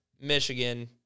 Michigan